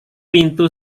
pintu